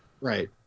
Right